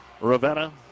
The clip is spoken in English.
Ravenna